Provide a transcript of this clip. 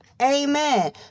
Amen